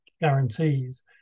guarantees